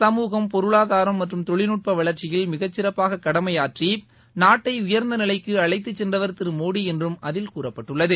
சமுகம் பொருளாதாரம் மற்றம் தொழில்நட்ப வளர்ச்சியில் மிக சிறப்பாக கடமையாற்றி நாட்டை உயர்ந்த நிலைக்கு அழைத்து சென்றவர் திரு மோடி என்றும் அதில் கூறப்பட்டுள்ளது